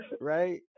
Right